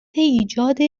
ایجاد